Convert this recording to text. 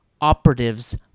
operatives